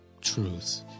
truth